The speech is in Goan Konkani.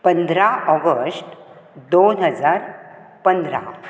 पंदरा ऑगस्ट दोन हजार पंदरा